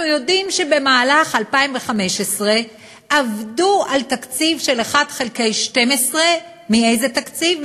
אנחנו יודעים שבמהלך 2015 עבדו על תקציב של 1 חלקי 12. מאיזה תקציב?